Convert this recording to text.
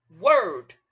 word